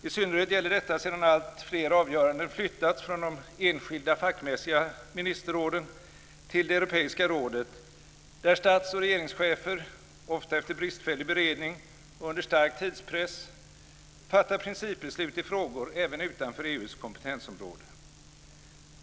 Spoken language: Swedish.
I synnerhet gäller detta sedan alltfler avgöranden flyttats från de enskilda fackmässiga ministerråden till det europeiska rådet, där stats och regeringschefer - ofta efter bristfällig beredning och under stark tidspress - fattar principbeslut i frågor även utanför EU:s kompetensområde.